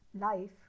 life